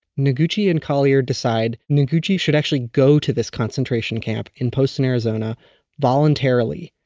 noguchi and collier decide noguchi should actually go to this concentration camp in poston, arizona voluntarily,